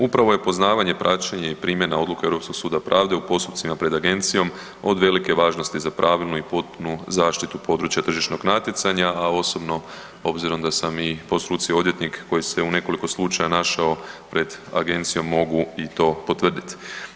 Upravo je poznavanje i praćenje i primjena odluke Europskog suda pravde u postupcima pred agencijom od velike važnosti za pravilnu i potpunu zaštitu područja tržišnog natjecanja a osobno obzirom da sam i po struci odvjetnik koji se u nekoliko slučaja našao pred agencijom, mogu i to potvrditi.